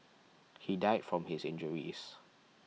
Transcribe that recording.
he died from his injuries